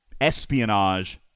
Espionage